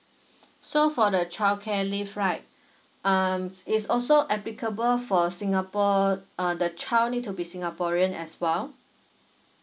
so for the childcare leave right um is also applicable for singapore uh the child need to be singaporean as well